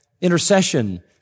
intercession